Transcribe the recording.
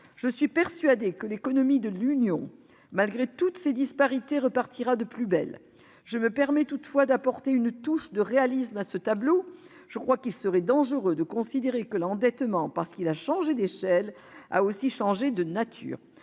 Je suis persuadée que l'économie de l'Union, malgré toutes ses disparités, repartira de plus belle. Je me permets toutefois d'apporter une touche de réalisme à ce tableau. Je crois qu'il serait dangereux de considérer que l'endettement, parce qu'il a changé d'échelle, a aussi changé de nature.